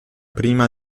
prima